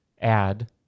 add